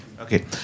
Okay